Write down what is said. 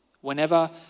whenever